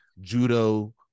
judo